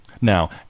Now